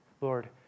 Lord